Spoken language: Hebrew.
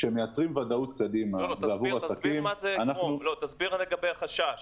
כשמייצרים וודאות לגבי העתיד --- תסביר לגבי החשש,